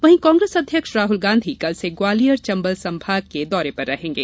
वहीं कांग्रेस अध्यक्ष राहल गांधी कल से ग्वालियर चंबल संभाग के दौरे पर रहेंगे